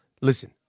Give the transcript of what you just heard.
Listen